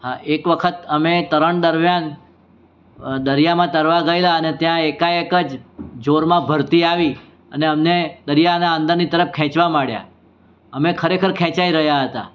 હા એક વખત અમે તરણ દરમિયાન દરિયામાં તરવા ગયેલા ને ત્યાં એકાએક જ જોરમાં ભરતી આવી અને અમને દરિયાનાં અંદરની તરફ ખેંચવા માંડ્યા અમે ખરેખર ખેંચાઈ રહ્યા હતા